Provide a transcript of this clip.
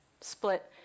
split